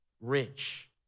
rich